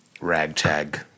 ragtag